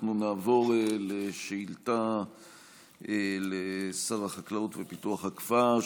אנחנו נעבור לשאילתה לשר החקלאות ופיתוח הכפר,